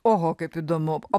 oho kaip įdomu o